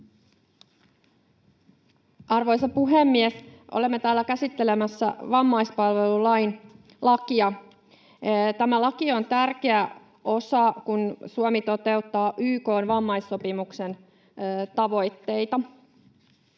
Arvoisa puhemies! Olemme täällä käsittelemässä vammaispalvelulakia. Tämä laki on tärkeä osa, kun Suomi toteuttaa YK:n vammaissopimuksen tavoitteita.